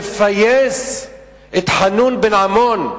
לפייס את חנון בן עמון,